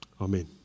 Amen